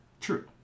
True